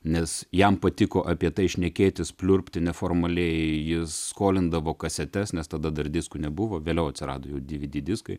nes jam patiko apie tai šnekėtis pliurpti neformaliai jis skolindavo kasetes nes tada dar diskų nebuvo vėliau atsirado jau dvd diskai